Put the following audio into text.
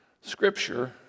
scripture